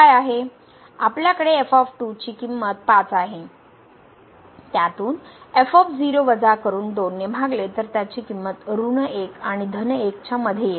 आपल्याकडे ची किंमत 5 आहे त्यातून करून 2 ने भागले तर त्याची किंमत ऋण 1 आणि धन 1च्या मध्ये येईल